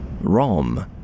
Rom